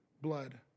blood